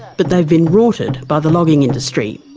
but they've been rorted by the logging industry.